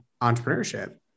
entrepreneurship